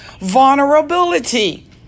vulnerability